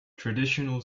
traditional